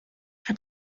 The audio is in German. hat